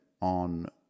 on